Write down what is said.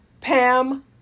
Pam